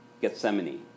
Gethsemane